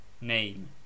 Name